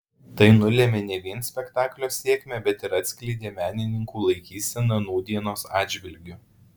tai nulėmė ne vien spektaklio sėkmę bet ir atskleidė menininkų laikyseną nūdienos atžvilgiu